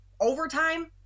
overtime